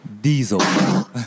Diesel